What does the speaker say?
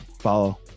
follow